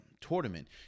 tournament